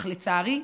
אך לצערי,